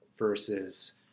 Versus